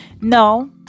No